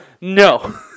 No